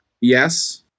Yes